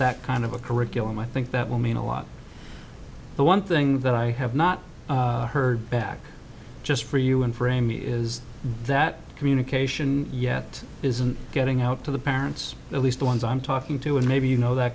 that kind of a curriculum i think that will mean a lot the one thing that i have not heard back just for you and for amy is that communication yet isn't getting out to the parents at least the ones i'm talking to and maybe you know that